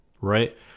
right